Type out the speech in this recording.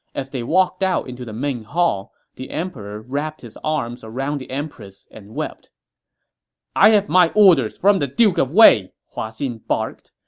as they walked out into the main hall, the emperor wrapped his arms around the empress and wept i have my orders from the duke of wei, hua xin barked.